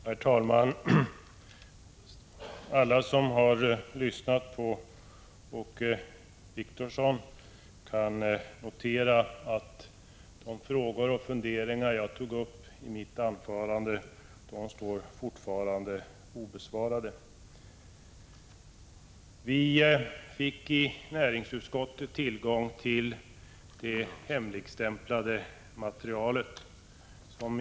Herr talman! Alla som har lyssnat på Åke Wictorsson kan notera att de frågor och funderingar jag tog upp i mitt anförande fortfarande står obesvarade. Näringsutskottet fick tillgång till det hemligstämplade materialet.